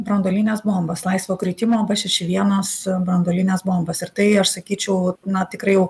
branduolines bombas laisvo kritimo b šeši vienas branduolines bombas ir tai aš sakyčiau na tikrai jau